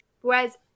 whereas